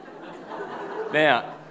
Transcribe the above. Now